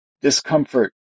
discomfort